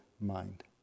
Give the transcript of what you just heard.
mind